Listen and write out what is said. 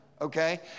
Okay